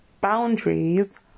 boundaries